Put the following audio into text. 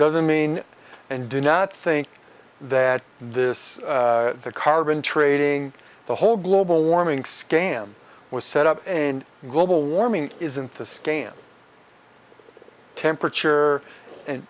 doesn't mean and do not think that this carbon trading the whole global warming scam was set up global warming isn't a scam temperature and